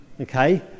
okay